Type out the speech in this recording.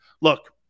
Look